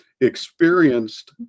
experienced